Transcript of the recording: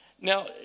Now